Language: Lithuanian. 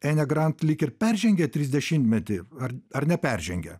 enė grant lyg ir peržengė trisdešimtmetį ar ar neperžengė